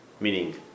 meaning